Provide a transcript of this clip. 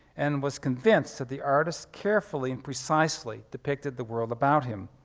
and was convinced that the artist carefully and precisely depicted the world about him.